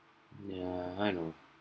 yeah I know